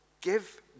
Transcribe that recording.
give